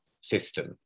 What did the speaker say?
system